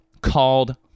called